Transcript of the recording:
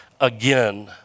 again